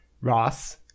Ross